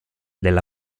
della